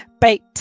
Bait